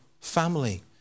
family